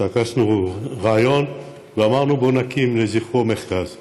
טיכסנו רעיון ואמרנו: בואו נקים לזכרו מרכז.